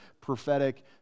prophetic